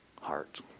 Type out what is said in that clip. heart